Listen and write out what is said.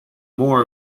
more